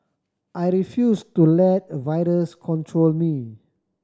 I refused to let a virus control me